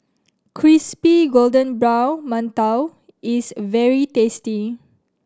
crispy golden brown mantou is very tasty